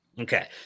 Okay